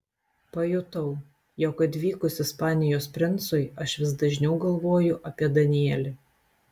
pajutau jog atvykus ispanijos princui aš vis dažniau galvoju apie danielį